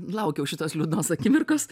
laukiau šitos liūdnos akimirkos